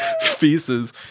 feces